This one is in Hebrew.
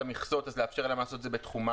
לכמה גורמים חזקים בכל הענף הזה יש שליטה מוחלטת.